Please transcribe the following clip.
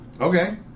Okay